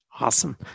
Awesome